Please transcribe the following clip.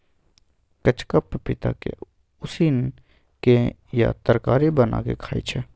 कचका पपीता के उसिन केँ या तरकारी बना केँ खाइ छै